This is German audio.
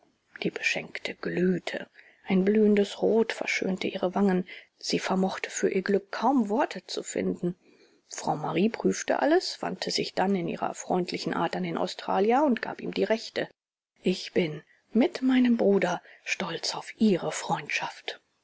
die beschenkte glühte ein blühendes rot verschönte ihre wangen sie vermochte für ihr glück kaum worte zu finden frau marie prüfte alles wandte sich dann in ihrer freundlichen art an den australier und gab ihm die rechte ich bin mit meinem bruder stolz auf ihre freundschaft